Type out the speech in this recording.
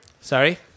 Sorry